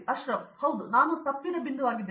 ಅಶ್ರಾಫ್ ಹೌದು ನಾನು ತಪ್ಪಿದ ಬಿಂದುವಾಗಿದೆ